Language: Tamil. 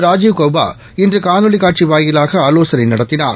ராஜீவ் கௌபா இன்று காணொலி காட்சி வாயிலாக ஆலோசனை நடத்தினார்